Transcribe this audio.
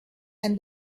and